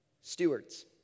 stewards